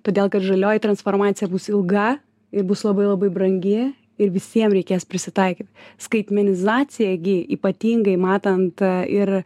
todėl kad žalioji transformacija bus ilga ir bus labai labai brangi ir visiem reikės prisitaikyt skaitmenizacija gi ypatingai matant ir